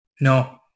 No